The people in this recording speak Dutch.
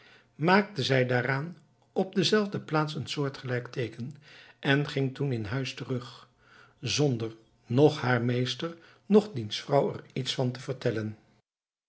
maakte zij daaraan op dezelfde plaats een soortgelijk teeken en ging toen in huis terug zonder noch haar meester noch diens vrouw er iets van te vertellen